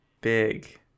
big